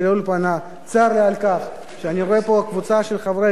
צר לי על כך שאני רואה פה קבוצה של חברי כנסת שבשיא